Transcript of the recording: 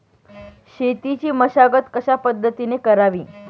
शेतीची मशागत कशापद्धतीने करावी?